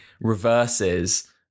reverses